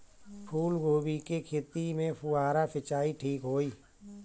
फूल गोभी के खेती में फुहारा सिंचाई ठीक होई?